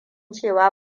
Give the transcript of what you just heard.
cewa